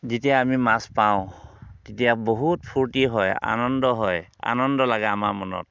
যেতিয়া আমি মাছ পাওঁ তেতিয়া বহুত ফূৰ্তি হয় আনন্দ হয় আনন্দ লাগে আমাৰ মনত